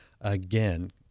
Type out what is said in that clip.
again